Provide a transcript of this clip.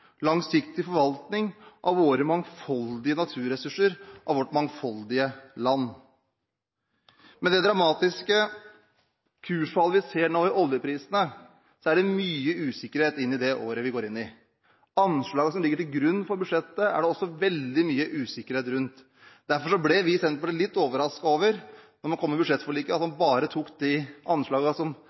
langsiktig forvaltning av våre mangfoldige naturressurser – av vårt mangfoldige land. Med det dramatiske kursfallet vi nå ser i oljeprisene, er det mye usikkerhet om det året vi går inn i. Anslag som ligger til grunn for budsjettet, er det også veldig mye usikkerhet rundt. Derfor ble vi i Senterpartiet da man kom med budsjettforliket, litt overrasket over at man bare tok med de